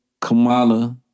Kamala